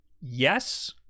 Yes